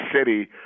city